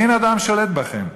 אין אדם שולט בכם.